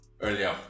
earlier